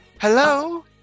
Hello